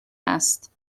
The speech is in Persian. است